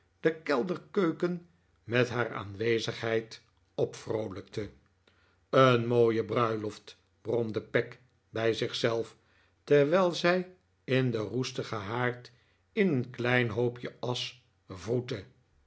de kelderkeuken met haar aanwezigheid opvroolijkte een mooie bruiloft bromde peg bij zich zelf terwijl zij in den roestigen haard in een klein hoopje asch wroette